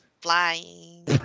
flying